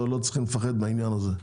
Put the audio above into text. לא צריך לפחד מהעניין הזה.